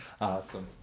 awesome